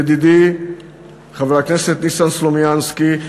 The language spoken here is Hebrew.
ידידי חבר הכנסת ניסן סלומינסקי: